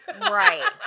Right